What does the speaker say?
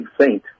saint